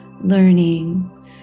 learning